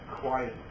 quiet